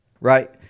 right